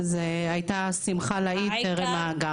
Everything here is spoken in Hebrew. זאת הייתה שמחה טרם ההגעה.